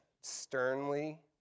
sternly